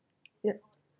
yup